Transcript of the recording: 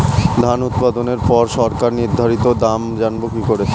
ধান উৎপাদনে পর সরকার নির্ধারিত দাম জানবো কি করে?